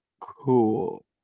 Cool